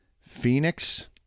Phoenix